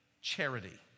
charity